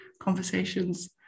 conversations